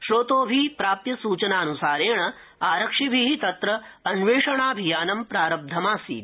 स्रोतोभि प्राप्यसूचनानुसारेण आरक्षिभि तत्र अन्वेषणाभियानं प्रारब्धमासीत्